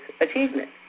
achievement